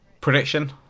Prediction